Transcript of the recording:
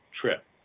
trip